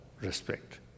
respect